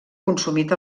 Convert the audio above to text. consumit